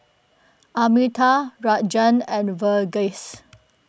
Amitabh Rajan and Verghese